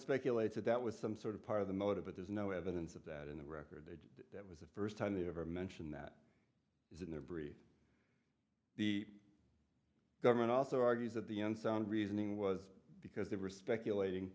speculated that was some sort of part of the motive but there's no evidence of that in the record that was the first time he ever mentioned that isn't there bri the government also argues that the unsound reasoning was because they were speculating